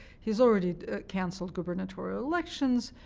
he's already canceled gubernatorial elections.